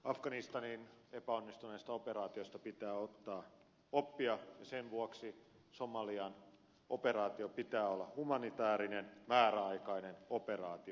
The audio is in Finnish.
afganistanin epäonnistuneesta operaatiosta pitää ottaa oppia ja sen vuoksi somalian operaation pitää olla humanitäärinen määräaikainen operaatio